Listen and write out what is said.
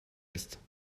ist